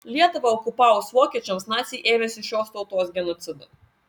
lietuvą okupavus vokiečiams naciai ėmėsi šios tautos genocido